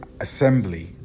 assembly